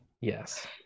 yes